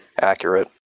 accurate